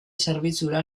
zerbitzura